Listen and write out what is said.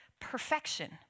perfection